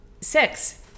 six